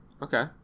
okay